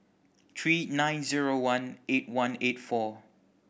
three nine zero one eight one eight four